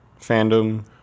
fandom